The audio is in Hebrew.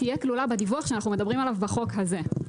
תהיה כלולה בדיווח שאנחנו מדברים עליו בחוק הזה.